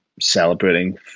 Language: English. celebrating